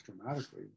dramatically